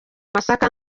masaka